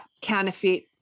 counterfeit